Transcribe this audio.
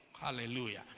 Hallelujah